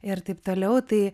ir taip toliau tai